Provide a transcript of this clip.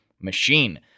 machine